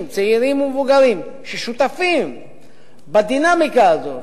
צעירים ומבוגרים ששותפים בדינמיקה הזאת,